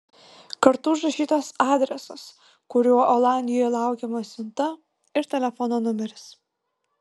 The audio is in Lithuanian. kartu užrašytas adresas kuriuo olandijoje laukiama siunta ir telefono numeris